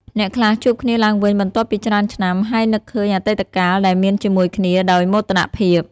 អ្នកខ្លះជួបគ្នាឡើងវិញបន្ទាប់ពីច្រើនឆ្នាំ ហើយនឹកឃើញអតីតកាលដែលមានជាមួយគ្នាដោយមោទនភាព។